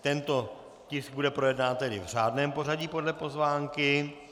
Tento tisk bude projednán tedy v řádném pořadí podle pozvánky.